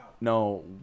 No